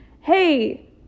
hey